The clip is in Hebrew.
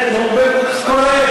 קורה,